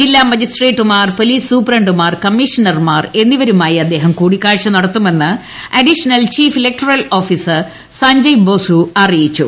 ജില്ലാ മജിസ്ട്രേട്ടുമാർ പൊലീസ് സൂപ്രണ്ടുമാർ കമ്മിഷണർമാർ എന്നിവരുമായി അദ്ദേഹം കൂടിക്കാഴ്ച നടത്തുമെന്ന് additional chief electoral officer Sanjay Basu അറിയിച്ചു